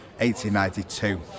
1892